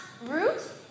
Root